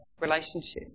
relationship